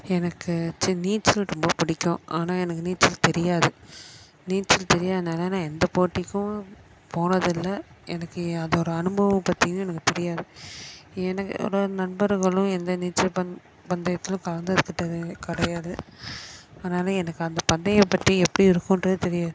எனக்கு ச்சி நீச்சல் ரொம்ப பிடிக்கும் ஆனால் எனக்கு நீச்சல் தெரியாது நீச்சல் தெரியாததுனால நான் எந்த போட்டிக்கும் போனது இல்லை எனக்கு அதோட அனுபவம் பற்றியும் எனக்கு புரியாது எனக்குனோட நண்பர்களும் எந்த நீச்சல் பந் பந்தயத்திலும் கலந்துக்கிட்டது கிடையாது அதனால் எனக்கு அந்த பந்தயம் பற்றி எப்படி இருக்குண்ட்டு தெரியாது